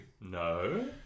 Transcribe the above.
No